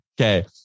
Okay